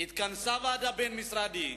התכנסה ועדה בין-משרדית.